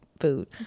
food